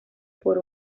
por